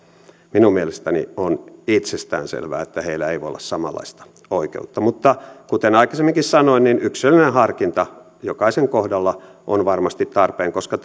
minun mielestäni on itsestään selvää että heillä ei voi olla samanlaista oikeutta mutta kuten aikaisemminkin sanoin niin yksilöllinen harkinta jokaisen kohdalla on varmasti tarpeen koska